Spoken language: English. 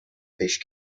fish